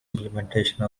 implementation